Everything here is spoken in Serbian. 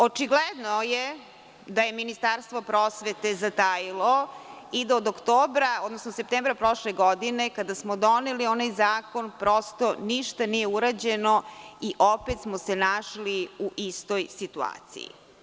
Očigledno je da je Ministarstvo prosvete zatajilo i da od oktobra, odnosno septembra prošle godine kada smo doneli onaj zakon, prosto ništa nije urađeno i opet smo se našli u istoj situaciji.